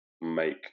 make